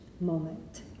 moment